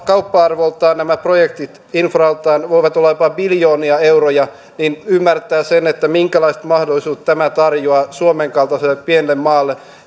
kauppa arvoltaan infraltaan voivat olla jopa biljoonia euroja niin ymmärtää sen minkälaiset mahdollisuudet tämä tarjoaa suomen kaltaiselle pienelle maalle